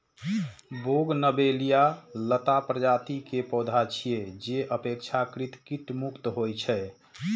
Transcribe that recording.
bougainvillea लता प्रजाति के पौधा छियै, जे अपेक्षाकृत कीट मुक्त होइ छै